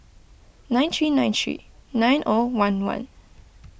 nine three nine three nine O one one